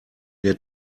der